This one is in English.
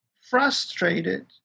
frustrated